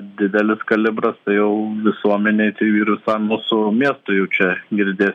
didelis kalibras tai jau visuomenei tai ir visam mūsų miestui jau čia girdi